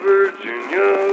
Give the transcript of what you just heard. Virginia